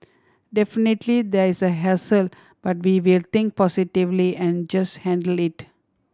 definitely there's a hassle but we will think positively and just handle it